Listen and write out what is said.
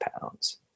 pounds